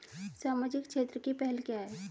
सामाजिक क्षेत्र की पहल क्या हैं?